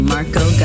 Marco